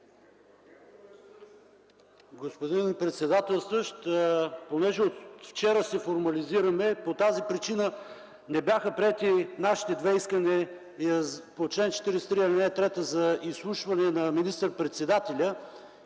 Господин председателстващ, понеже от вчера се формализираме, по тази причина не бяха приети нашите две искания по чл. 43, ал. 3 – за изслушване на министър-председателя